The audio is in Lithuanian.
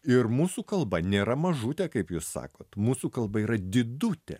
ir mūsų kalba nėra mažutė kaip jūs sakot mūsų kalba yra didutė